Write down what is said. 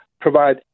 provide